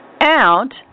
out